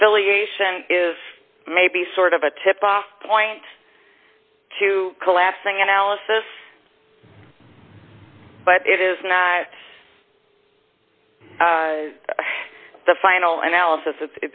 affiliation is maybe sort of a tip off point to collapsing analysis but it is not the final analysis